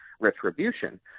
retribution